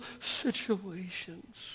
situations